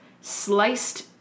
sliced